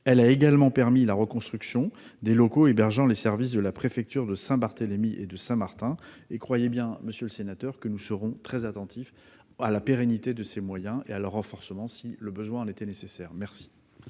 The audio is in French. Elle a également permis la reconstruction des locaux hébergeant les services de la préfecture de Saint-Barthélemy et Saint-Martin. Croyez bien, monsieur le sénateur, que nous serons très attentifs à la pérennité de ces moyens et à leur renforcement si le besoin s'en faisait sentir.